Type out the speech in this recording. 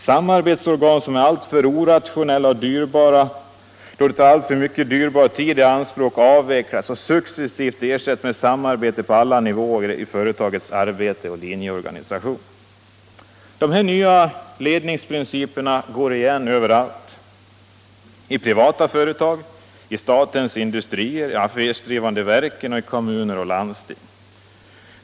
Samarbetsorgan som är alltför orationella och dyrbara då de tar alltför mycket dyrbar tid i anspråk avvecklas och ersätts successivt med samarbete på alla nivåer i företagets arbetsoch linjeorganisation. De här nya ledningsprinciperna går igen överallt: i privata företag, i statens industrier, i de affärsdrivande verken och i kommuner och landsting.